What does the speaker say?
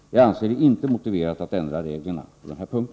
Jag anser det inte motiverat att ändra reglerna på denna punkt.